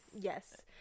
Yes